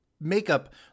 makeup